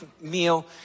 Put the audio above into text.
meal